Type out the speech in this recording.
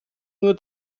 nur